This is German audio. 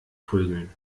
prügeln